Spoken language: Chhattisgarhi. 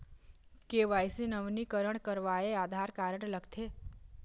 के.वाई.सी नवीनीकरण करवाये आधार कारड लगथे?